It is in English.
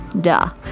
duh